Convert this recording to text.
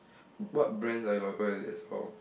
what brands are you for